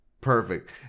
perfect